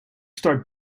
start